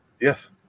yes